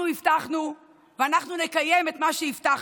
אנחנו הבטחנו ואנחנו נקיים את מה שהבטחנו.